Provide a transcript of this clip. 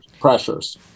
pressures